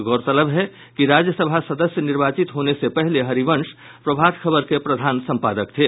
गौरतलब है कि राज्यसभा सदस्य निर्वाचित होने से पहले हरिवंश प्रभात खबर के प्रधान संपादक थे